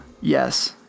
yes